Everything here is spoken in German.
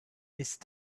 ist